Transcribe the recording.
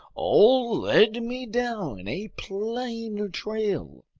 all led me down a plain trail.